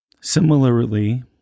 similarly